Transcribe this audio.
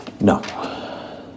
No